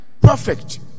perfect